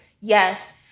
Yes